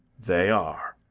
they are.